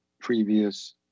previous